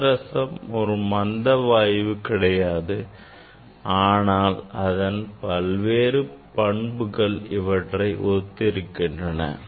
பாதரசம் ஒரு மந்த வாயு கிடையாது ஆனால் அதன் பல்வேறு பண்புகள் இவற்றை ஒத்திருக்கின்றன